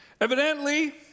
Evidently